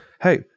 hey